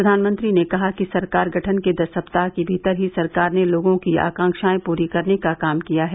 प्रधानमंत्री ने कहा कि सरकार गठन के दस सप्ताह के भीतर ही सरकार ने लोगों की आकांक्षाएं पूरी करने का काम किया है